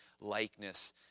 likeness